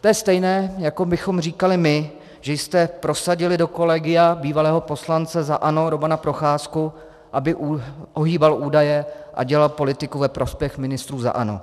To je stejné, jako bychom říkali my, že jste prosadili do kolegia bývalého poslance za ANO Romana Procházku, aby ohýbal údaje a dělal politiku ve prospěch ministrů za ANO.